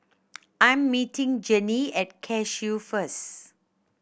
I'm meeting Jennie at Cashew first